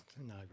No